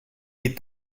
est